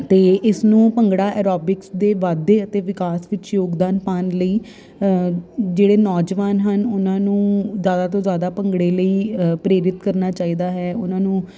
ਅਤੇ ਇਸ ਨੂੰ ਭੰਗੜਾ ਐਰੋਬਿਕਸ ਦੇ ਵਾਧੇ ਅਤੇ ਵਿਕਾਸ ਵਿੱਚ ਯੋਗਦਾਨ ਪਾਉਣ ਲਈ ਜਿਹੜੇ ਨੌਜਵਾਨ ਹਨ ਉਹਨਾਂ ਨੂੰ ਜ਼ਿਆਦਾ ਤੋਂ ਜ਼ਿਆਦਾ ਭੰਗੜੇ ਲਈ ਪ੍ਰੇਰਿਤ ਕਰਨਾ ਚਾਹੀਦਾ ਹੈ ਉਹਨਾਂ ਨੂੰ